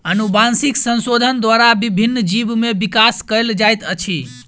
अनुवांशिक संशोधन द्वारा विभिन्न जीव में विकास कयल जाइत अछि